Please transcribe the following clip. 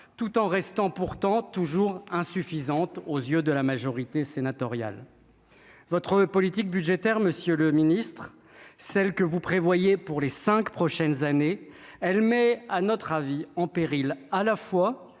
tout en restant pourtant toujours insuffisante aux yeux de la majorité sénatoriale, votre politique budgétaire Monsieur le Ministre, celle que vous prévoyez pour les 5 prochaines années, elle, mais à notre avis en péril à la fois